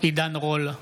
עידן רול,